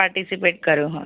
participate કરો હા